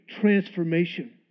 transformation